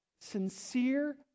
sincere